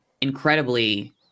incredibly